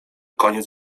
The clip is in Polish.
koniec